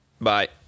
Bye